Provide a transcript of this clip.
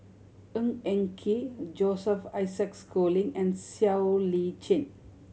Ng Eng Kee Joseph Isaac Schooling and Siow Lee Chin